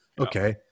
okay